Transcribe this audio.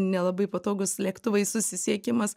nelabai patogūs lėktuvai susisiekimas